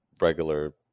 regular